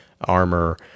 armor